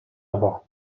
aber